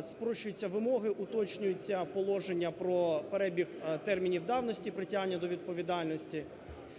спрощуються вимоги, уточнюються положення про перебіг термінів давності притягнення до відповідальності,